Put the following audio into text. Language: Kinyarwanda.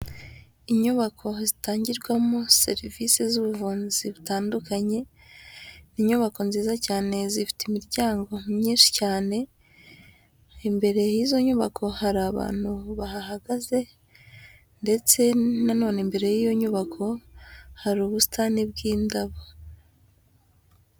Inyubako zitangirwamo serivisi z'ubuvuzi butandukanye, inyubako nziza cyane zifite imiryango myinshi cyane imbere y'izo nyubako hari abantu bahagaze, ndetse na none imbere y'iyo nyubako hari ubusitani bw'indabo.